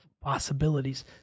possibilities